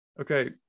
Okay